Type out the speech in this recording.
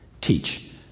teach